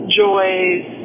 joys